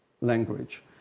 language